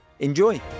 Enjoy